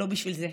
לא בשביל זה,